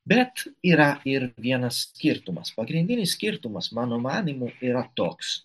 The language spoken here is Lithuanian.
bet yra ir vienas skirtumas pagrindinis skirtumas mano manymu yra toks